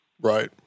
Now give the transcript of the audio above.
Right